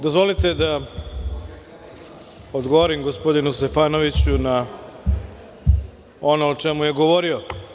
Dozvolite da odgovorim gospodinu Stefanoviću na ono o čemu je govorio.